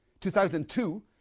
2002